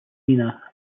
lena